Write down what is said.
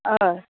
हय